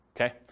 Okay